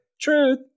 Truth